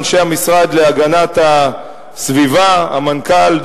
אנשי המשרד להגנת הסביבה: המנכ"ל,